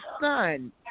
son